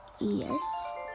yes